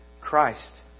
Christ